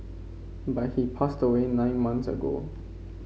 but he passed away nine months ago